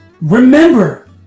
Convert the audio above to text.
Remember